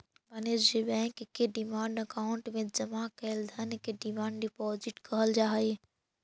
वाणिज्य बैंक के demand account में जमा कैल धन के डिमांड डिपॉजिट कहल जा हई